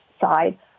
side